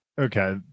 Okay